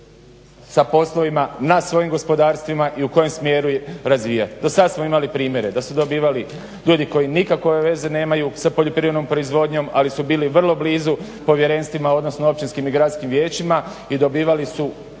sa poslovima svojim gospodarstvima i u kojem smjeru ih razvijati. Do sad smo imali primjere da su dobivali ljudi koji nikakove veze nemaju sa poljoprivrednom proizvodnjom, ali su bili vrlo blizu povjerenstvima, odnosno općinskim i gradskim vijećima i dobivali su